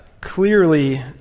clearly